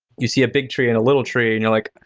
you see a big tree and a little tree, and you're like,